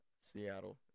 Seattle